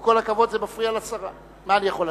עם כל הכבוד, זה מפריע לשרה, מה אני יכול לעשות.